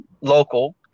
local